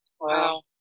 Wow